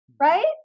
Right